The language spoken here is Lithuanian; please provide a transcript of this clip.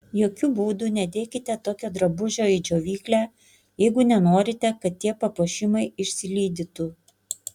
jokiu būdu nedėkite tokio drabužio į džiovyklę jeigu nenorite kad tie papuošimai išsilydytų